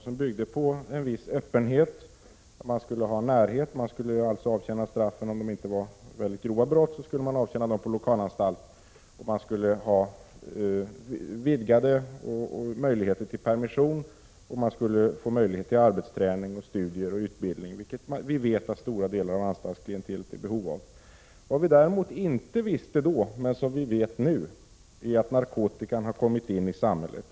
De byggde på en viss öppenhet, på att man skulle ha närhet och avtjäna straffen — om det inte var för grova brott — på lokalanstalt, man skulle få vidgade möjligheter till permission och på att man skulle få möjlighet till arbetsträning, studier och utbildning, vilket vi vet att stora delar av anstaltsklientelet är i behov av. Vad vi däremot inte visste då men vet nu är att narkotikan har kommit in i samhället.